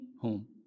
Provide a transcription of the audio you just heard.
home